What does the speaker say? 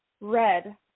red